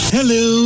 Hello